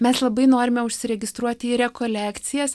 mes labai norime užsiregistruoti į rekolekcijas